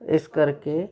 ਇਸ ਕਰਕੇ